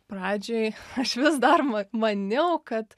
pradžioj aš vis dar ma maniau kad